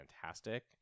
fantastic